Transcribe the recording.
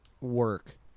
work